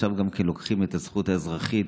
עכשיו לוקחים גם את הזכות האזרחית,